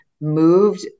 moved